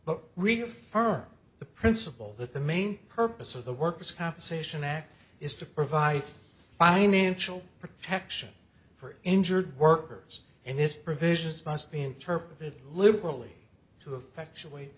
really firm the principle that the main purpose of the worker's compensation act is to provide financial protection for injured workers in this provisions must be interpreted liberally to affect your weight